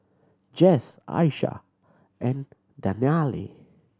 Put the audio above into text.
Jess Aisha and Dannielle